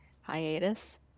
hiatus